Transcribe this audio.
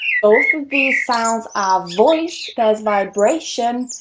both of these sounds are voiced, there's vibration,